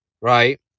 right